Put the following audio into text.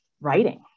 writing